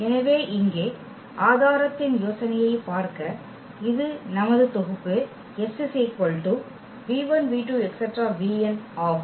எனவே இங்கே ஆதாரத்தின் யோசனையைப் பார்க்க இது நமது தொகுப்பு S ஆகும்